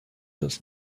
das